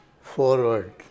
Forward